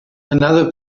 another